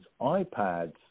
iPads